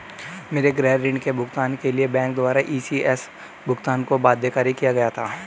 मेरे गृह ऋण के भुगतान के लिए बैंक द्वारा इ.सी.एस भुगतान को बाध्यकारी किया गया था